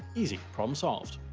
easy, problem solved.